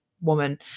woman